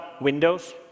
Windows